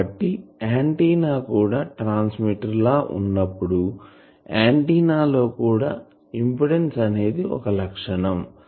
కాబట్టి ఆంటిన్నా కూడా ట్రాన్స్మిటర్ లా వున్నప్పుడు ఆంటిన్నా లో కూడా ఇంపిడెన్సు అనేది ఒక లక్షణం